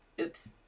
Oops